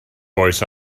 oes